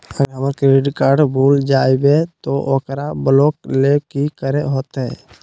अगर हमर credit card भूल जइबे तो ओकरा ब्लॉक लें कि करे होते?